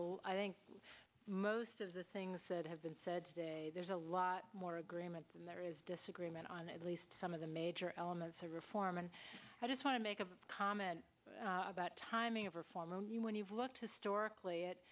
lot i think most of the things that have been said there's a lot more agreement than there is disagreement on at least some of the major elements of reform and i just want to make a comment about timing of reform when you've looked historically it